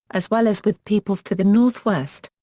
as well as with peoples to the northwest.